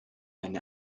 eine